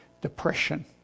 depression